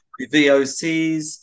VOCs